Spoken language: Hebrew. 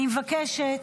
אני מבקשת.